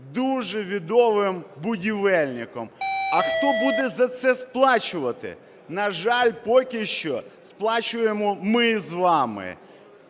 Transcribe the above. дуже відомим будівельником. А хто буде за це сплачувати? На жаль, поки що сплачуємо ми з вами.